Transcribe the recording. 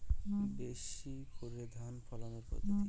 বেশি করে ধান ফলানোর পদ্ধতি?